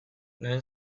lehen